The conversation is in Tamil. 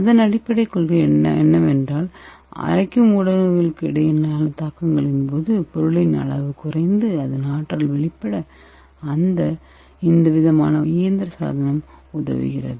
இதன் அடிப்படை கொள்கை என்னவென்றால் அரைக்கும் ஊடகங்களுக்கு இடையிலான தாக்கங்களின் போது பொருளின் அளவு குறைந்து அதன் ஆற்றல் வெளிப்பட இந்த இயந்திர சாதனம் உதவுகிறது